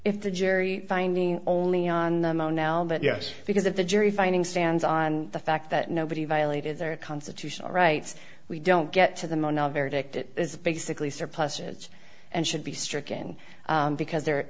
if the jury finding only on the mound l but yes because if the jury finding stands on the fact that nobody violated their constitutional rights we don't get to the more not very addicted is basically surplusage and should be stricken because they're